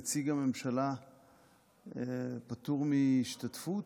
נציג הממשלה פטור מהשתתפות?